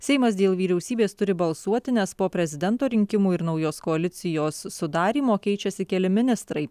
seimas dėl vyriausybės turi balsuoti nes po prezidento rinkimų ir naujos koalicijos sudarymo keičiasi keli ministrai